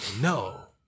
no